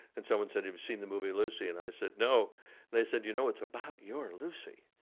and someone said have you seen the movie lucy? and i said, no. and they said, you know, it's about your lucy.